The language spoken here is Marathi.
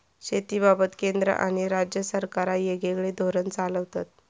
शेतीबाबत केंद्र आणि राज्य सरकारा येगयेगळे धोरण चालवतत